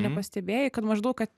nepastebėjai kad maždaug kad